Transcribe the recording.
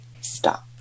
Stop